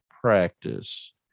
practice